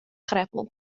greppel